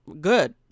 good